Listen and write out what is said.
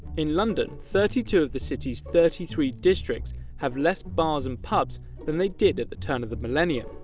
in london, thirty two of the city's thirty three districts have less bars and pubs than they did at the turn of the millennium.